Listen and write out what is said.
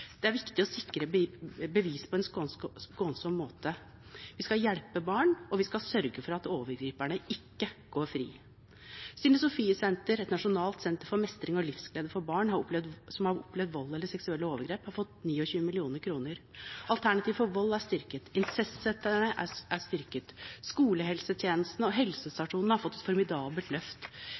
Det er viktig å sikre bevis på en skånsom måte. Vi skal hjelpe barn, og vi skal sørge for at overgriperne ikke går fri. Stine Sofie Senteret – nasjonalt senter for mestring og livsglede, for barn som har opplevd vold eller seksuelle overgrep, har fått 29 mill. kr. Stiftelsen Alternativ til Vold er styrket. Incestsentrene er styrket. Skolehelsetjenesten og helsestasjonene har fått et formidabelt løft.